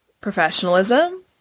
professionalism